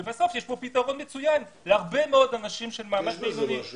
ובסוף יש פה פתרון מצוין להרבה מאוד אנשים של מעמד בינוני.